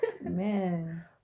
Man